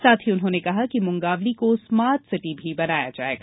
साथ ही उन्होंने कहा कि मुंगावली को स्मार्ट सिटी बनाया जाएगा